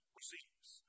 receives